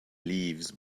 leaves